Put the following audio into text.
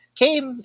came